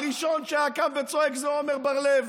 הראשון שהיה קם וצועק זה עמר בר לב.